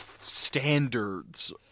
standards